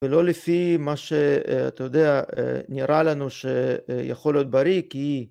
ולא לפי מה שאתה יודע נראה לנו שיכול להיות בריא כי